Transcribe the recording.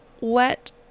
wet